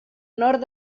nord